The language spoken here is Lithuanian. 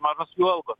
mažos jų algos